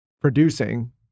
producing